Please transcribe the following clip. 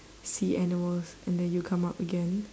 sea animals and then you come up again